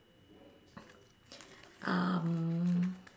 um